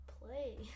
play